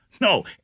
No